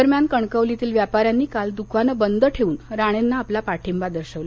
दरम्यान कणकवलीतील व्यापाऱ्यांनी काल द्कानं बंद ठेवून राणेंना आपला पाठिंबा दर्शवला